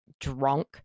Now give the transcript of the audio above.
drunk